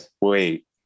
wait